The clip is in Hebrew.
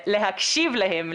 להקשיב להם,